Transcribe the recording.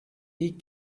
ilk